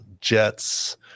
Jets